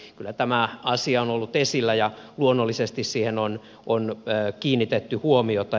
eli kyllä tämä asia on ollut esillä ja luonnollisesti siihen on kiinnitetty huomiota